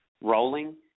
rolling